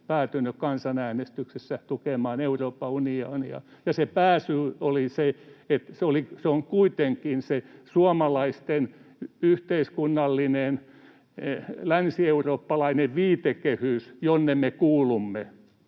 päätynyt kansanäänestyksessä tukemaan Euroopan unionia. Ja se pääsyy oli se, että se on kuitenkin se suomalaisten yhteiskunnallinen, länsieurooppalainen viitekehys, jonne me kuulumme.